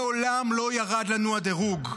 מעולם לא ירד לנו הדירוג,